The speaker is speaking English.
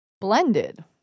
Blended